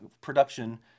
production